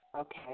okay